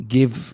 Give